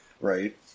Right